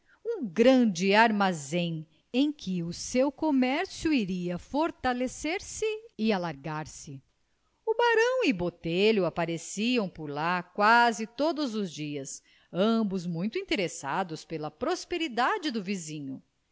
um grande armazém em que o seu comércio iria fortalecer se e alargar se o barão e o botelho apareciam por lá quase todos os dias ambos muito interessados pela prosperidade do vizinho